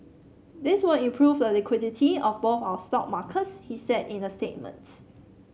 this will improve the liquidity of both our stock markets he said in a statements